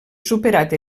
superat